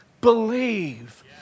believe